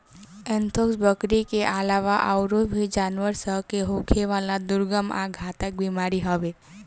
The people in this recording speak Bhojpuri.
एंथ्रेक्स, बकरी के आलावा आयूरो भी जानवर सन के होखेवाला दुर्गम आ घातक बीमारी हवे